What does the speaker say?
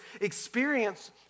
experience